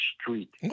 street